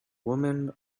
women